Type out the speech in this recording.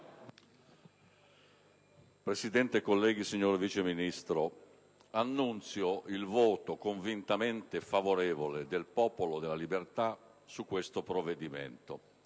Presidente, colleghi, signor Vice Ministro, annunzio il voto convintamente favorevole del Popolo della Libertà su questo provvedimento.